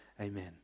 Amen